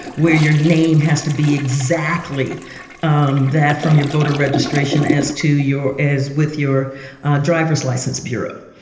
where your name has to be exactly um there from your voter registration as to your as with your driver's license bureau,